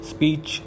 Speech